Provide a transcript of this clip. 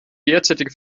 derzeitige